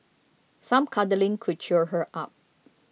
some cuddling could cheer her up